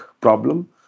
problem